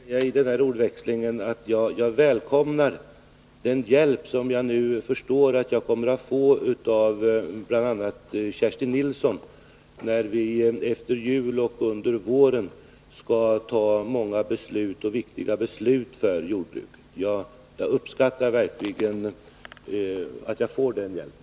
Herr talman! Låt mig till slut säga i den här ordväxlingen, att jag välkomnar den hjälp som jag nu förstår att jag kommer att få av bl.a. Kerstin Nilsson, när vi efter jul och under våren skall fatta många för jordbruket viktiga beslut. Jag uppskattar verkligen att jag får den hjälpen.